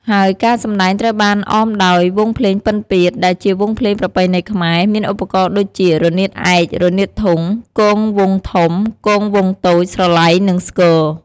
ហើយការសម្តែងត្រូវបានអមដោយ វង់ភ្លេងពិណពាទ្យ ដែលជាវង់ភ្លេងប្រពៃណីខ្មែរ មានឧបករណ៍ដូចជា រនាតឯក រនាតធុង គងវង់ធំ គងវង់តូច ស្រឡៃ និងស្គរ។